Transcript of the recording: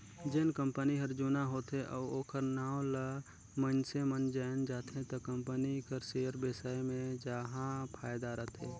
जेन कंपनी हर जुना होथे अउ ओखर नांव ल मइनसे मन जाएन जाथे त कंपनी कर सेयर बेसाए मे जाहा फायदा रथे